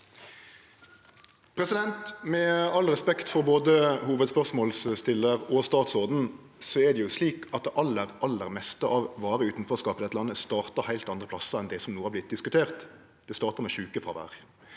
Med all respekt for både hovudspørsmålsstillaren og statsråden er det slik at det aller, aller meste av varig utanforskap i dette landet startar heilt andre plassar enn dei som no har vorte diskuterte. Det startar med sjukefråvær.